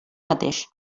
mateix